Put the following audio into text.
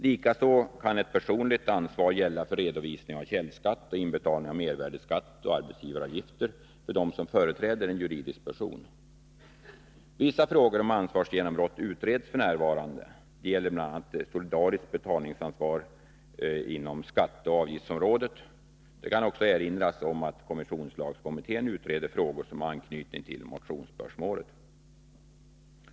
Likaså kan personligt ansvar gälla för redovisning av källskatt samt för inbetalning av mervärdeskatt och arbetsgivaravgifter för dem som företräder en juridisk person. Vissa frågor om ansvarsgenombrott utreds f. n. Det gäller bl.a. solidariskt betalningsansvar på skatteoch avgiftsområdena. Det kan också erinras om att kommissionslagskommittén utreder frågor som har anknytning till motionsspörsmålen.